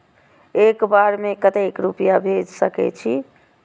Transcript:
एक बार में केते रूपया भेज सके छी?